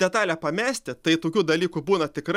detalę pamesti tai tokių dalykų būna tikrai